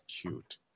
cute